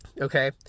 Okay